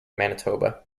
manitoba